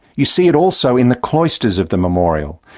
you see it also in the cloisters of the memorial,